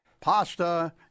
pasta